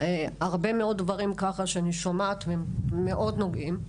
הרבה מאוד דברים שאני שומעת מאוד נוגעים.